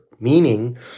meaning